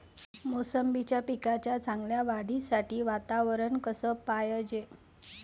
मोसंबीच्या पिकाच्या चांगल्या वाढीसाठी वातावरन कस पायजे?